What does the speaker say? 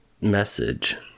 message